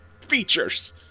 features